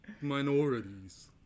minorities